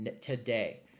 today